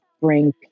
bring